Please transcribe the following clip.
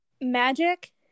Magic